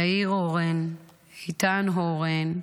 יאיר הורן, איתן הורן,